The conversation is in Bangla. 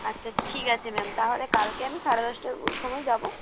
আচ্ছা ঠিক আছে ম্যাম তাহলে কালকে আমি সাড়ে দশটার সময় যাব